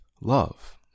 love